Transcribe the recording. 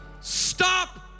Stop